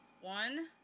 One